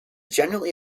generally